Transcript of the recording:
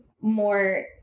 more